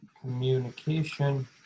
Communication